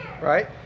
right